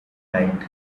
night